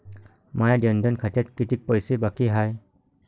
माया जनधन खात्यात कितीक पैसे बाकी हाय?